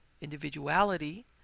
individuality